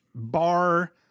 bar